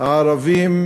הערבים